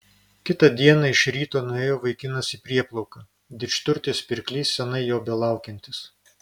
kitą dieną iš ryto nuėjo vaikinas į prieplauką didžturtis pirklys seniai jo belaukiantis